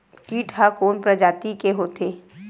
कीट ह कोन प्रजाति के होथे?